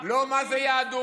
לא מה זו יהדות,